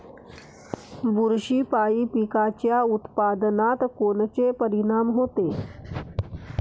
बुरशीपायी पिकाच्या उत्पादनात कोनचे परीनाम होते?